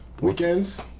weekends